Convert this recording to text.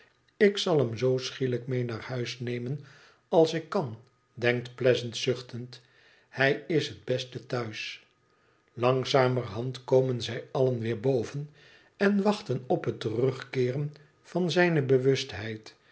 ik zal hem zoo schielijk mee naar huis nemen als ik kan denkt pleasant zuchtend hij is het beste thuis langzamerhand komen zij allen weer boven en wachten op het terugkeeren van zijne